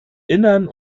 innern